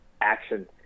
action